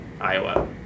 Iowa